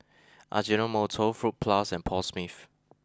Ajinomoto Fruit Plus and Paul Smith